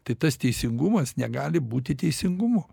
tai tas teisingumas negali būti teisingumu